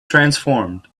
transformed